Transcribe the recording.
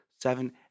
seven